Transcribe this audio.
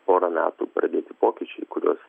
porą metų pradėti pokyčiai kuriuos